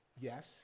Yes